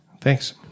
thanks